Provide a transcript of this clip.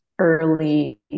early